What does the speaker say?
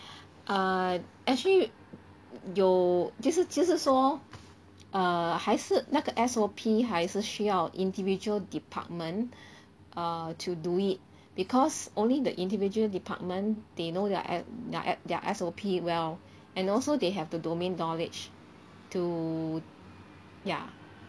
uh actually 有就是就是说 err 还是那个 S_O_P 还是需要 individual department err to do it because only the individual department they know their S~ their S~ their S_O_P well and also they have the domain knowledge to ya